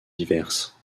diverses